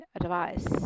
advice